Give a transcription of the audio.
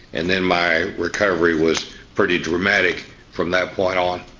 and then my recovery was pretty dramatic from that point on.